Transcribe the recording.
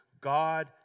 God